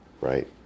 right